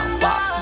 walk